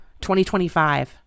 2025